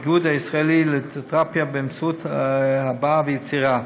האיגוד הישראלי לתרפיה באמצעות הבעה ויצירה.